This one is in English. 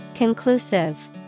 Conclusive